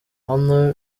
hano